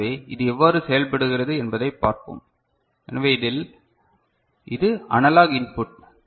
எனவே இது எவ்வாறு செயல்படுகிறது என்பதைப் பார்ப்போம் எனவே இதில் இது அனலாக் இன்புட்